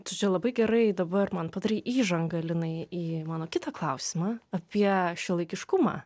tu čia labai gerai dabar man padarei įžangą linai į mano kitą klausimą apie šiuolaikiškumą